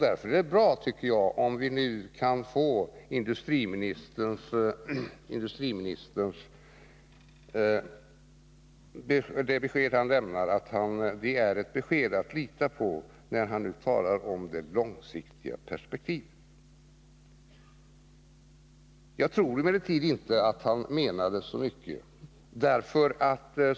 Därför vore det bra om vi nu kunde lita på industriministerns besked när han talar om det långsiktiga perspektivet. Jag tror emellertid inte att han menade så mycket.